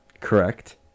Correct